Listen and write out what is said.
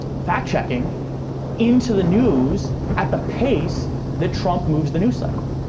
fact checking into the news at the pace that trump moves the news cycle.